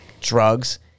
drugs